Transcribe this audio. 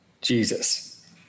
Jesus